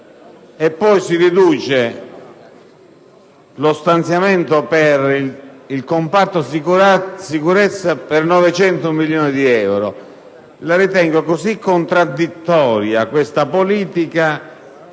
e poi si riduce lo stanziamento per il comparto sicurezza per 900 milioni di euro. Questa politica è così contraddittoria che mi fa